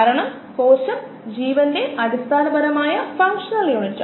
എല്ലാ പ്രകാശസംശ്ലേഷണ ജീവികളുടെയും കാർബൺ ഉറവിടം വായുവിലെ CO2 ആണ്